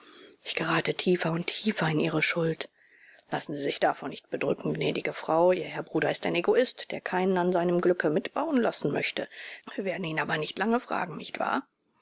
ich gerate tiefer und tiefer in ihre schuld lassen sie sich davon nicht bedrücken gnädige frau ihr herr bruder ist ein egoist der keinen an seinem glücke mitbauen lassen möchte wir werden ihn aber nicht lange fragen nicht wahr